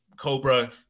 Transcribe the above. Cobra